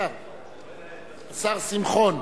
השר שמחון.